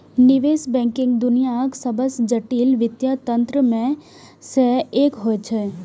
निवेश बैंकिंग दुनियाक सबसं जटिल वित्तीय तंत्र मे सं एक होइ छै